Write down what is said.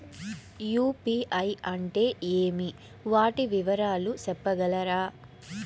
UPI అంటే ఏమి? వాటి వివరాలు సెప్పగలరా?